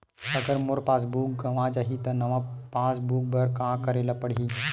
अगर मोर passbook गवां जाहि त नवा पास बुक बर का करे ल पड़हि?